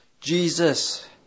Jesus